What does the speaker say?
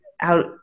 out